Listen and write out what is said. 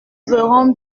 verrons